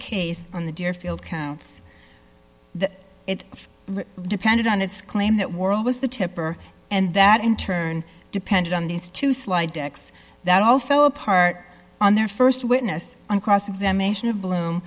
case on the deerfield counts that it depended on its claim that world was the tipper and that in turn depended on these two slide decks that all fell apart on their st witness on cross examination of bloom